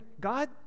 God